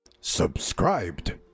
Subscribed